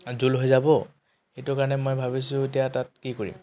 জোল হৈ যাব সেইটো কাৰণে মই ভাবিছোঁ এতিয়া তাত কি কৰিম